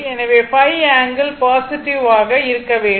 எனவே ϕ angle positive ஆக இருக்க வேண்டும்